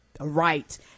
right